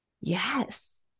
yes